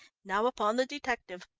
now upon the detective.